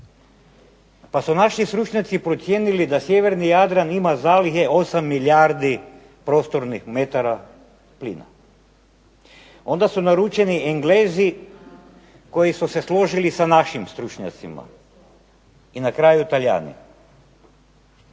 Pa su naši stručnjaci procijenili da sjeverni Jadran ima zalihe 8 milijardi prostornih metara plina. Onda su naručeni englezi koji su se složili sa našim stručnjacima i na kraju Talijani.